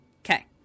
okay